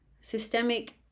Systemic